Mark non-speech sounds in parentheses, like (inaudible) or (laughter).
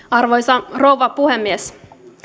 (unintelligible) arvoisa rouva puhemies